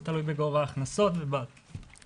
זה תלוי בגובה ההכנסות ובקיזוזים.